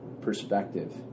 perspective